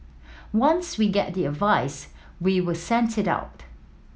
once we get the advice we will send it out